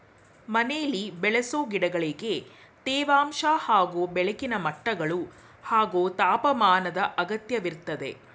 ಮನೆಲಿ ಬೆಳೆಸೊ ಗಿಡಗಳಿಗೆ ತೇವಾಂಶ ಹಾಗೂ ಬೆಳಕಿನ ಮಟ್ಟಗಳು ಹಾಗೂ ತಾಪಮಾನದ್ ಅಗತ್ಯವಿರ್ತದೆ